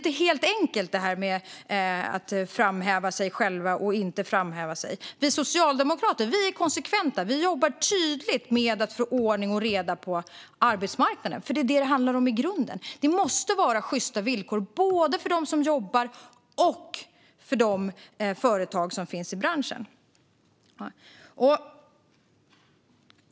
Det är alltså inte helt enkelt när man ska framhäva sig själv och när man inte ska göra det. Vi socialdemokrater är konsekventa och jobbar tydligt med att få ordning och reda på arbetsmarknaden. Det är detta som det hela i grunden handlar om. Det måste finnas sjysta villkor både för dem som jobbar och för de företag som finns i branschen.